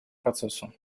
процессу